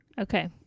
Okay